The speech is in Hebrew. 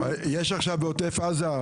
יש עכשיו בעוטף עזה,